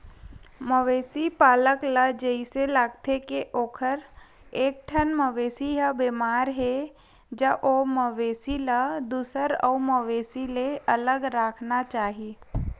मवेशी पालक ल जइसे लागथे के ओखर एकठन मवेशी ह बेमार हे ज ओ मवेशी ल दूसर अउ मवेशी ले अलगे राखना चाही